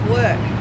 work